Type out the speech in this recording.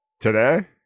Today